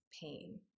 pain